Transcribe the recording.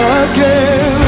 again